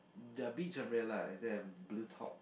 the beach umbrella is there a blue top